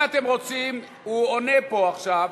אם אתם רוצים, הוא עונה פה עכשיו.